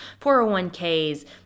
401ks